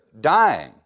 dying